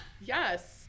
Yes